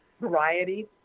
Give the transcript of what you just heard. variety